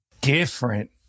Different